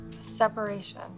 Separation